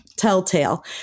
Telltale